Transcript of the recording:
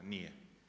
Nije.